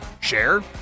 Share